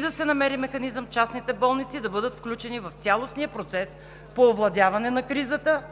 да се намери механизъм частните болници да бъдат включени в цялостния процес по овладяване на кризата,